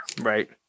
Right